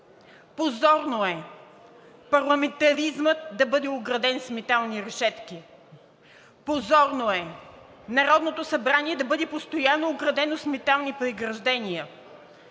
Позорно е парламентаризмът да бъде ограден с метални решетки! Позорно е Народното събрание да бъде постоянно оградено с метални преграждения!